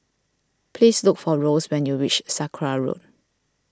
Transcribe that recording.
please look for Rose when you reach Sakra Road